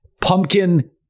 Pumpkin